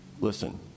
Listen